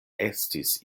estis